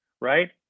right